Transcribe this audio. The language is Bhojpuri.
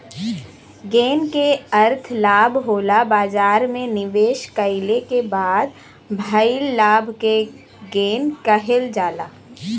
गेन क अर्थ लाभ होला बाजार में निवेश कइले क बाद भइल लाभ क गेन कहल जाला